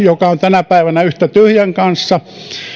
joka on tänä päivänä yhtä tyhjän kanssa